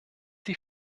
die